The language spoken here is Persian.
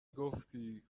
گفتی